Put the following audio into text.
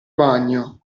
bagno